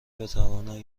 بتوانند